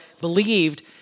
believed